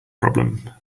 problem